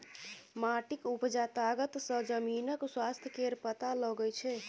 माटिक उपजा तागत सँ जमीनक स्वास्थ्य केर पता लगै छै